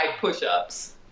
push-ups